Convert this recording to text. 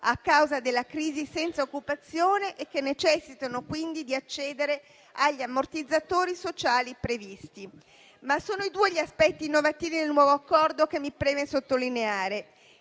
a causa della crisi, si trovano senza occupazione e necessitano, quindi, di accedere agli ammortizzatori sociali previsti. Sono però due gli aspetti innovativi del nuovo Accordo che mi preme sottolineare.